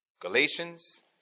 Galatians